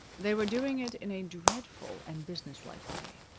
they were doing it in a dreadful and businesslike way.